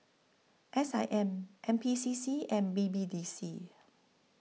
S I M N P C C and B B D C